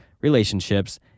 relationships